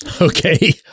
Okay